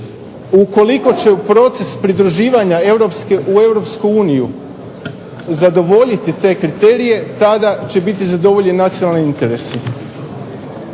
Ukoliko će u proces pridruživanja u europsku uniju zadovoljiti te kriterije tada će biti zadovoljeni nacionalni interesi.